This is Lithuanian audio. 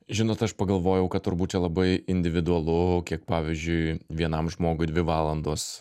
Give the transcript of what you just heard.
žinot aš pagalvojau kad turbūt čia labai individualu kiek pavyzdžiui vienam žmogui dvi valandos